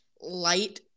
light